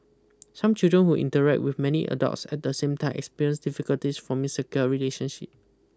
some children who interact with many adults at the same time experience difficulties forming secure relationship